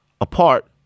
Apart